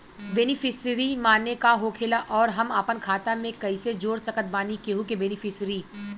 Beneficiary माने का होखेला और हम आपन खाता मे कैसे जोड़ सकत बानी केहु के बेनीफिसियरी?